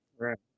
Right